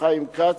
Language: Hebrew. חיים כץ,